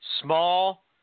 small